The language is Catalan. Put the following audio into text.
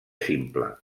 simple